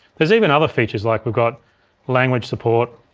there's even other features like we've got language support